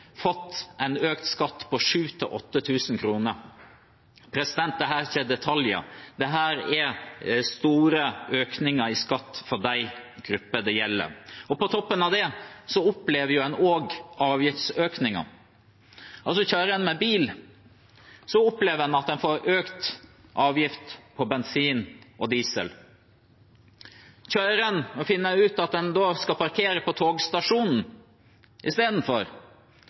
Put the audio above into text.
fått økt skatt på 7 000–8 000 kr. Dette er ikke «detaljer», dette er store økninger i skatt for de grupper det gjelder. På toppen av det opplever en også avgiftsøkninger. Kjører en med bil, opplever en at en får økt avgift på bensin og diesel. Kjører en tog og finner ut at en skal parkere på togstasjonen istedenfor,